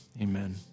amen